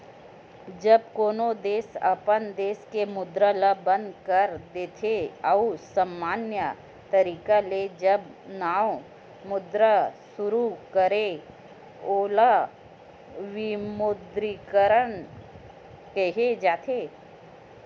जब कोनो देस अपन देस के मुद्रा ल बंद कर देथे अउ समान्य तरिका ले जब नवा मुद्रा सुरू करथे ओला विमुद्रीकरन केहे जाथे